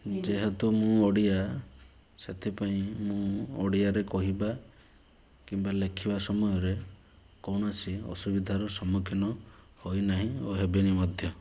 ଯେହେତୁ ମୁଁ ଓଡ଼ିଆ ସେଥିପାଇଁ ମୁଁ ଓଡ଼ିଆରେ କହିବା କିମ୍ବା ଲେଖିବା ସମୟରେ କୌଣସି ଅସୁବିଧାର ସମ୍ମୁଖୀନ ହୋଇନାହିଁ ଓ ହେବିନି ମଧ୍ୟ